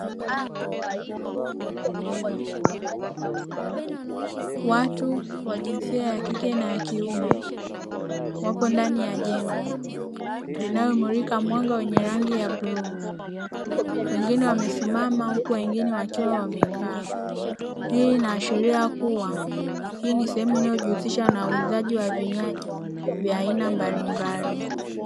Watu wa jinsia ya kike na ya kiume wako ndani ya jengo linalomulika mwanga wenye rangi ya bluu, wengine wamesimama huku wengine wakiwa wamekaa, hii inaashiria kuwa hii ni sehemu inayojihusisha na uuzaji wa vinywaji vya aina mbalimbali.